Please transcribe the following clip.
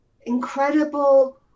incredible